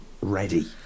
Ready